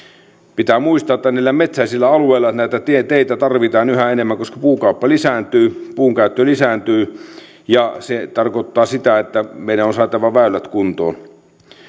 pitää muistaa että niillä metsäisillä alueilla näitä teitä tarvitaan yhä enemmän koska puukauppa lisääntyy puunkäyttö lisääntyy ja se tarkoittaa sitä että meidän on saatava väylät kuntoon